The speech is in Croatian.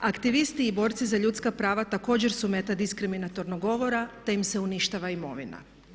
Aktivisti i borci za ljudska prava također su meta diskriminatornog govora te im se uništava imovina.